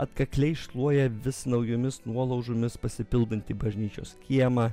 atkakliai šluoja vis naujomis nuolaužomis pasipildantį bažnyčios kiemą